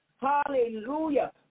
Hallelujah